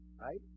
right